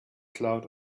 clouds